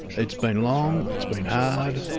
it's been long, it's been hard,